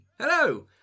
Hello